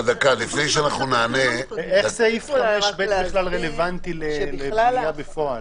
לפני שנענה --- איך סעיף (5)(ב) בכלל רלוונטי לבנייה בפועל?